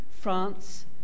France